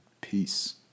Peace